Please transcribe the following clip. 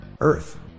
Earth